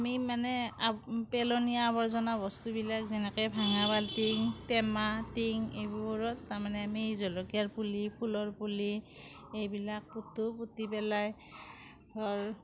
আমি মানে পেলনীয়া আৱৰ্জনা বস্তুবিলাক যেনেকে ভঙা বাল্টিং টেমা টিং এইবোৰত তাৰমানে আমি জলকীয়াৰ পুলি ফুলৰ পুলি এইবিলাক পুতোঁ পুতি পেলাই ধৰ